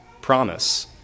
promise